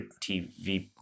TV